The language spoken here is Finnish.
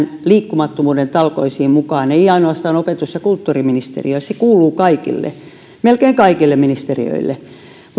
liikkumattomuuden talkoisiin mukaan ei ainoastaan opetus ja kulttuuriministeriö se kuuluu melkein kaikille ministeriöille